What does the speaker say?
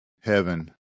heaven